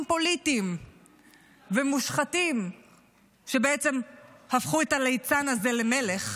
פוליטיים ומושחתים שבעצם הפכו את הליצן הזה למלך,